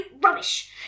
rubbish